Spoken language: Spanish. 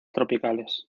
tropicales